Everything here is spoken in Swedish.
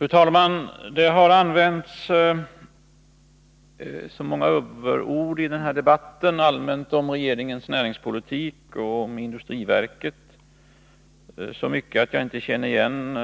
Fru talman! Det har använts så många överord i denna debatt, både allmänt om regeringens näringspolitik och om industriverket, att jag inte känner igen